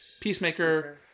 Peacemaker